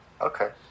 Okay